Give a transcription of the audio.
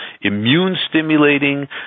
immune-stimulating